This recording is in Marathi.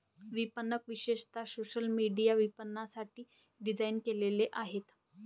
विपणक विशेषतः सोशल मीडिया विपणनासाठी डिझाइन केलेले आहेत